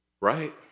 Right